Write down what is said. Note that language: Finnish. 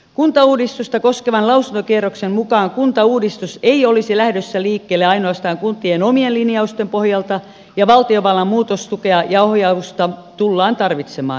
kuntauudistusta koskevan lausuntokierroksen mukaan kuntauudistus ei olisi lähdössä liikkeelle ainoastaan kuntien omien linjausten pohjalta ja valtiovallan muutostukea ja ohjausta tullaan tarvitsemaan